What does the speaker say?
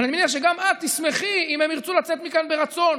אבל אני מניח שגם את תשמחי אם הם ירצו לצאת מכאן ברצון,